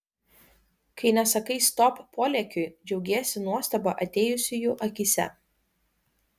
kai nesakai stop polėkiui džiaugiesi nuostaba atėjusiųjų akyse